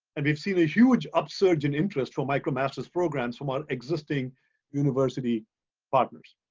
and we've seen a huge upsurge in interest for micromasters programs from our existing university partners.